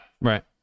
right